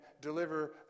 deliver